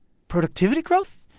productivity growth?